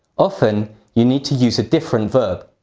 often, you need to use a different verb.